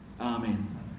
Amen